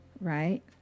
right